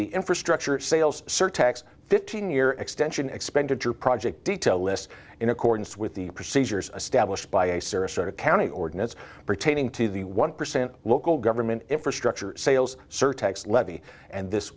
the infrastructure sales surtax fifteen year extension expenditure project detail list in accordance with the procedures established by a serious or county ordinance pertaining to the one percent local government infrastructure sales surtax levy and this